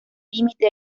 límite